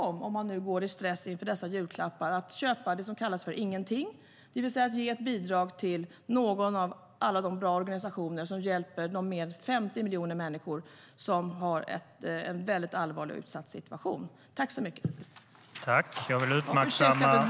Om man går i stress inför dessa julklappar kan jag tipsa om att köpa det som kallas Ingenting, det vill säga att ge ett bidrag till någon av alla de bra organisationer som hjälper de mer än 50 miljoner människor som befinner sig i en väldigt allvarlig och utsatt situation. STYLEREF Kantrubrik \* MERGEFORMAT Internationellt bistånd